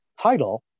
title